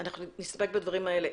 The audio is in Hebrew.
אנחנו נסתפק בדברים האלה.